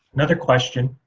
another question,